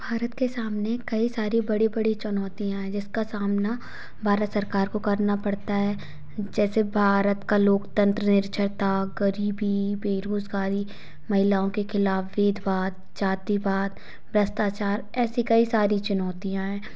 भारत के सामने कई सारी बड़ी बड़ी चुनौतियाँ है जिसका सामना भारत सरकार को करना पड़ता है जैसे भारत का लोकतंत्र निरक्षरता गरीबी बेरोजगारी महिलओं के खिलाफ भेद भाव जातिवाद भ्रष्ट्राचार ऐसी कई सारी चुनौतियाँ हैं